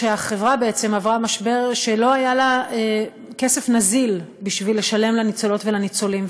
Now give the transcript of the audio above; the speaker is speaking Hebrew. החברה עברה משבר: לא היה לה כסף נזיל בשביל לשלם לניצולות ולניצולים.